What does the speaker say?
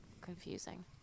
confusing